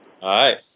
Hi